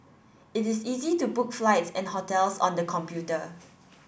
it is easy to book flights and hotels on the computer